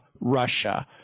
Russia